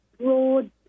broad